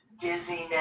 dizziness